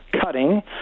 cutting